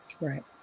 Right